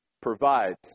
provides